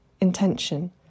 intention